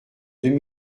deux